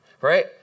right